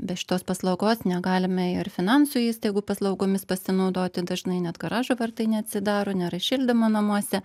be šitos paslaugos negalime ir finansų įstaigų paslaugomis pasinaudoti dažnai net garažo vartai neatsidaro nėra šildymo namuose